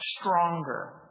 stronger